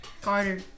Carter